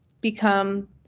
become